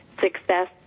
success